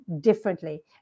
differently